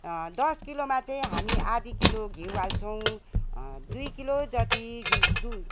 दस किलोमा चाहिँ हामी आधी किलो घिउ हाल्छौँ दुई किलो जत्ति घि दु